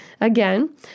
again